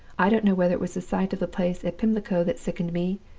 i don't know whether it was the sight of the place at pimlico that sickened me,